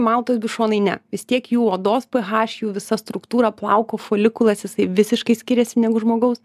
maltos bišonai ne vis tiek jų odos ph jų visa struktūra plauko folikulas jisai visiškai skiriasi negu žmogaus